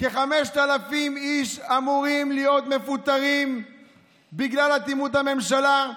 כ-5,000 איש אמורים להיות מפוטרים בגלל אטימות הממשלה,